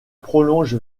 prolonge